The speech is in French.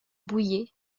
bouyer